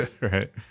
right